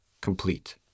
complete